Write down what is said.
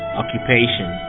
occupation